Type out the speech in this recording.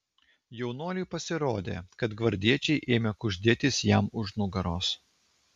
jaunuoliui pasirodė kad gvardiečiai ėmė kuždėtis jam už nugaros